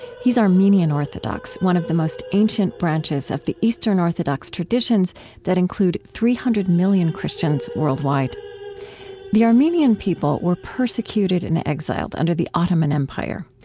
he's armenian orthodox, one of the most ancient branches of the eastern orthodox traditions that include three hundred million christians worldwide the armenian people were persecuted and exiled under the ottoman empire.